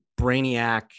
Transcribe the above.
brainiac